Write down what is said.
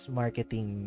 marketing